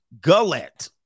gullet